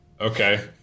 Okay